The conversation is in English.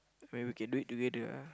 when we can do it together lah